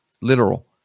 literal